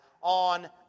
on